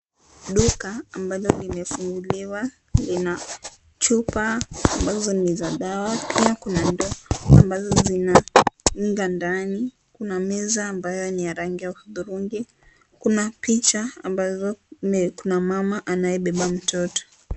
Duka ambalo limefunguliwa lina chupa ambazo ni za dawa pia kuna ndoo ambazo zina unga ndani, kuna meza ambayo ni ya rangi ya hudhurungi, kuna picha ambazo kuna mama anayebeba mtoto.